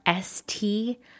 st